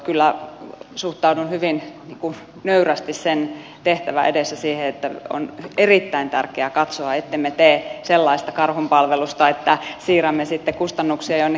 kyllä suhtaudun hyvin nöyrästi sen tehtävän edessä siihen että on erittäin tärkeää katsoa ettemme tee sellaista karhunpalvelusta että siirrämme sitten kustannuksia jonnekin tulevaisuuteen